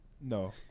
No